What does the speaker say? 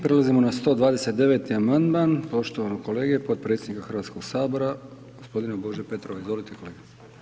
Prelazimo na 129. amandman, poštovanog kolege potpredsjednika Hrvatskog sabora, gospodina Bože Petrova, izvolite, kolega.